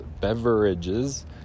beverages